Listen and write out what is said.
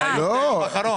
היום האחרון.